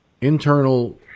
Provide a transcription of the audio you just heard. internal